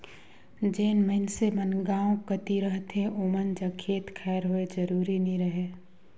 जेन मइनसे मन गाँव कती रहथें ओमन जग खेत खाएर होए जरूरी नी रहें